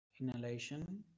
Inhalation